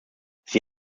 sie